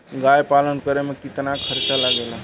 गाय पालन करे में कितना खर्चा लगेला?